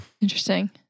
Interesting